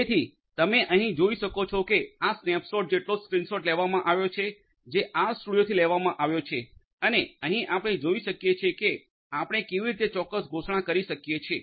તેથી તમે અહીં જોઈ શકો છો કે આ સ્નેપશોટ જેટલો જ સ્ક્રીનશોટ લેવામાં આવ્યો છે જે આરસ્ટુડિયોથી લેવામાં આવ્યો છે અને અહીં આપણે જોઈ શકીએ છીએ કે આપણે કેવી રીતે ચોક્કસ ઘોષણા કરી શકીએ છીએ